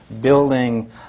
building